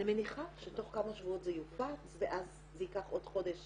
אני מניחה שתוך כמה שבועות זה יופץ ואז ייקח עוד חודש